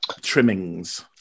trimmings